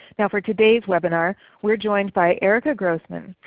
now for today's webinar we are joined by erica grossman,